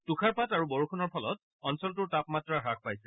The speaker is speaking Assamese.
তুষাৰপাত আৰু বৰষুণৰ ফলত অঞ্চলটোৰ তাপমাত্ৰা হ্যাস পাইছে